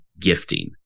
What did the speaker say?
gifting